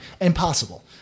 Impossible